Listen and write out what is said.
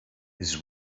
his